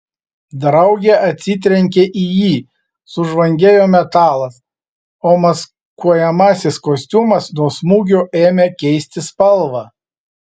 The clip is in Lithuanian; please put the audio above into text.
draugė atsitrenkė į jį sužvangėjo metalas o maskuojamasis kostiumas nuo smūgio ėmė keisti spalvą